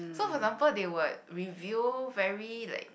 so for example they would review very like